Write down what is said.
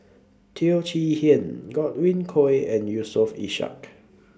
Teo Chee Hean Godwin Koay and Yusof Ishak